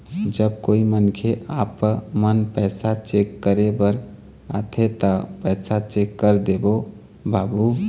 जब कोई मनखे आपमन पैसा चेक करे बर आथे ता पैसा चेक कर देबो बाबू?